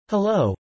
Hello